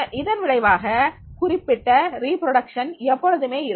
இதன் விளைவாக குறிப்பிட்ட மீண்டும் செய்யும் முறை எப்பொழுதுமே இருக்கும்